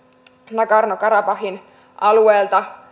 nagorno karabahin alueelta